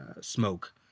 smoke